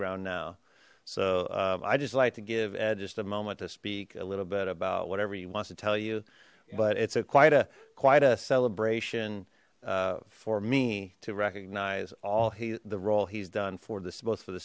ground now so i just like to give ed just a moment to speak a little bit about whatever he wants to tell you but it's quite a quite a celebration for me to recognize all he the role he's done for this both for the